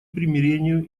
примирению